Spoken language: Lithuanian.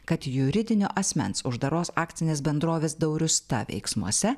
kad juridinio asmens uždaros akcinės bendrovės dauriusta veiksmuose